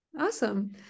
Awesome